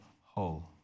whole